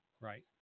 Right